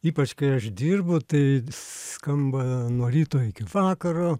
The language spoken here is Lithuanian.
ypač kai aš dirbu tai skamba nuo ryto iki vakaro